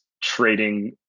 trading